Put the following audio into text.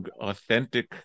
authentic